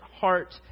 heart